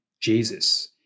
Jesus